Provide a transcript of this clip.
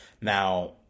Now